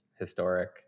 historic